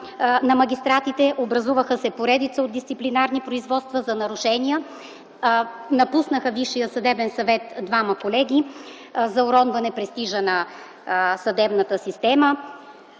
на магистратите; образуваха се поредица от дисциплинарни производства за нарушения; напуснаха Висшия съдебен съвет двама колеги за уронване престижа на съдебната система;